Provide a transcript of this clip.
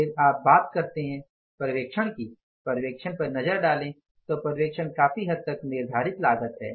फिर आप बात करते हैं पर्यवेक्षण की पर्यवेक्षण पर नजर डालें तो पर्यवेक्षण काफी हद तक निर्धारित लागत है